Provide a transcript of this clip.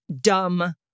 dumb